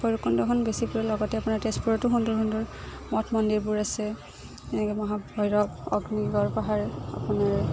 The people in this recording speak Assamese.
ভৈৰৱকুণ্ডখন বেছি লগতে আপোনাৰ তেজপুৰতো সুন্দৰ সুন্দৰ মঠ মন্দিৰবোৰ আছে যেনেকৈ মহাভৈৰৱ অগ্নিগড় পাহাৰ আপোনাৰ